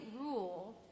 rule